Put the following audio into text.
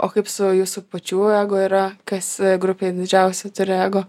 o kaip su jūsų pačių ego yra kas grupėj didžiausią turi ego